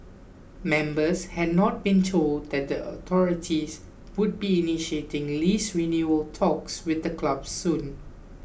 members had not been told that the authorities would be initiating lease renewal talks with the club soon